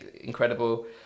incredible